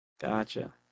Gotcha